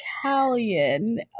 Italian